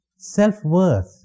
Self-worth